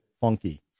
funky